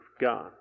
God